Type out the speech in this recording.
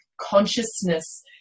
consciousness